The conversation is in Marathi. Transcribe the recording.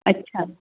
अच्छा